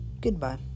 Goodbye